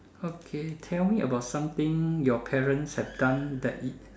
okay tell me about something your parents have done that